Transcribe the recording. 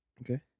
Okay